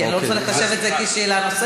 כי אני לא רוצה לחשב את זה כשאלה נוספת,